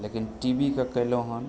लेकिन टीवीके कयलहुँ हन